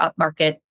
upmarket